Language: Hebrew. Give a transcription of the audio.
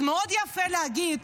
אז מאוד יפה להגיד: